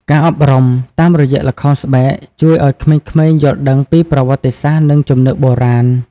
ការអប់រំ តាមរយៈល្ខោនស្បែកជួយឱ្យក្មេងៗយល់ដឹងពី ប្រវត្តិសាស្ត្រ និងជំនឿបុរាណ។